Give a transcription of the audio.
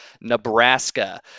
Nebraska